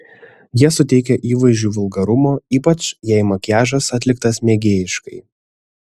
jie suteikia įvaizdžiui vulgarumo ypač jei makiažas atliktas mėgėjiškai